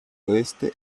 oeste